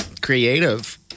Creative